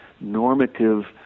normative